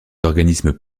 organismes